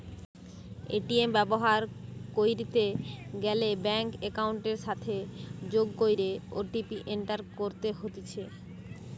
ATM ব্যবহার কইরিতে গ্যালে ব্যাঙ্ক একাউন্টের সাথে যোগ কইরে ও.টি.পি এন্টার করতে হতিছে